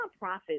nonprofits